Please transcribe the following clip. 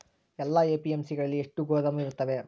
ಎಲ್ಲಾ ಎ.ಪಿ.ಎಮ್.ಸಿ ಗಳಲ್ಲಿ ಎಷ್ಟು ಗೋದಾಮು ಇರುತ್ತವೆ?